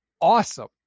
awesome